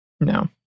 No